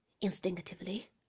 Instinctively